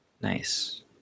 Nice